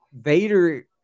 vader